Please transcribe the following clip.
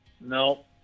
No